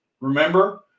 Remember